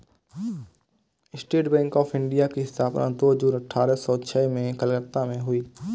state bank of India की स्थापना दो जून अठारह सो छह में कलकत्ता में हुई